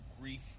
grief